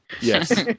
Yes